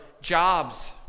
jobs